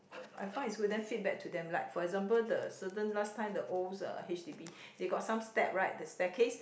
I find it's good then feedback to them like for example the certain last time the old h_d_b they got some step right the staircase